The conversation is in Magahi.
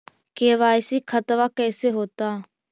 के.वाई.सी खतबा कैसे होता?